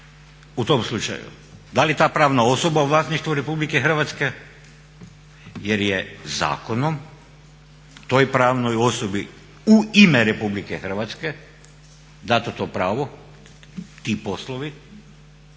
u tom slučaju? Da li ta pravna osoba u vlasništvu RH jer je zakonom toj pravnoj osobi u ime RH dato to pravo, ti poslovi